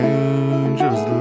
angels